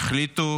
החליטו